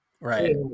Right